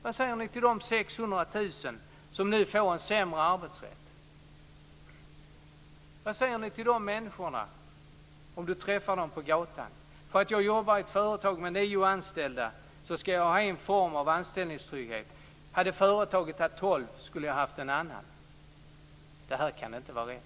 Vad säger ni till de 600 000 som nu får en sämre arbetsrätt? Vad säger ni till de människorna om ni träffar dem på gatan? Den som jobbar i ett företag med nio anställda skall ha en form av anställningstrygghet, men i företag med tolv anställda är det en annan form. Det kan inte vara rätt.